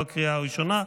בקריאה הראשונה.